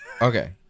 okay